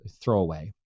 throwaway